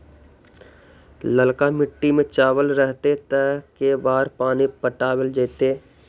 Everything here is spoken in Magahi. ललका मिट्टी में चावल रहतै त के बार पानी पटावल जेतै?